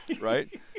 right